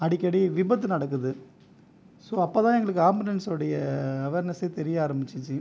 அடிக்கடி விபத்து நடக்குது ஸோ அப்போது தான் எங்களுக்கு ஆம்புலன்ஸ்யுடைய அவார்நெஸ்னே தெரிய ஆரம்மிச்சுச்சு